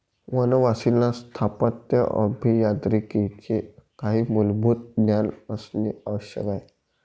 वनवासींना स्थापत्य अभियांत्रिकीचे काही मूलभूत ज्ञान असणे आवश्यक आहे